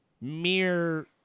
mere